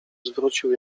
zwrócił